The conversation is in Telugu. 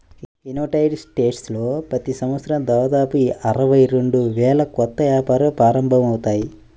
యునైటెడ్ స్టేట్స్లో ప్రతి సంవత్సరం దాదాపు అరవై రెండు వేల కొత్త వ్యాపారాలు ప్రారంభమవుతాయి